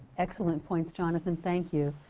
excellent points, jonathan. thank you.